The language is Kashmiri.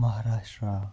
مَہراشٹرٛا